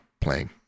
playing